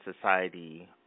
society